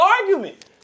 argument